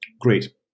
great